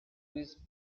luis